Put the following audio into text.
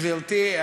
גברתי,